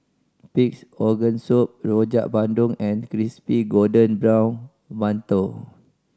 Pig's Organ Soup Rojak Bandung and crispy golden brown mantou